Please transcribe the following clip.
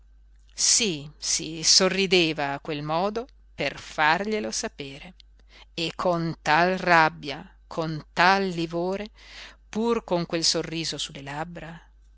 sí sí sorrideva a quel modo per farglielo sapere e con tal rabbia con tal livore pur con quel sorriso sulle labbra